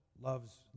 loves